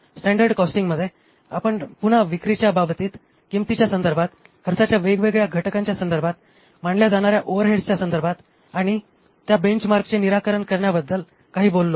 standard कॉस्टिंगमध्ये आपण पुन्हा विक्रीच्या बाबतीत किंमतीच्या संदर्भात खर्चाच्या वेगवेगळ्या घटकांच्या संदर्भात मानल्या जाणाऱ्या ओव्हरहेड्सच्या संदर्भात आणि नंतर त्या बेंचमार्कचे निराकरण करण्याबद्दल काही बोललो